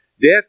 Death